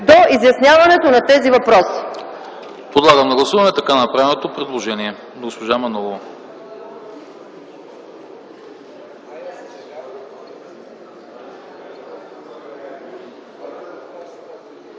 до изясняването на тези въпроси.